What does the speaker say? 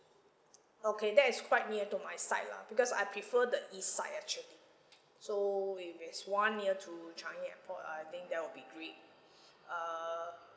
okay that is quite near to my side lah because I prefer the east side actually so if it's one near to changi airport I think that would be great err